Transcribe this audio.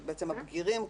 הבגירים כבר,